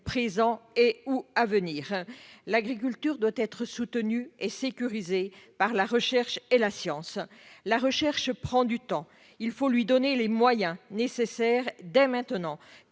présent et ou à venir : l'agriculture doit être soutenu et sécurisé par la recherche et la science, la recherche prend du temps, il faut lui donner les moyens nécessaires, dès maintenant,